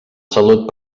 salut